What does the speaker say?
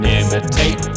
imitate